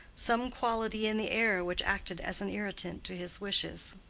some quality in the air which acted as an irritant to his wishes.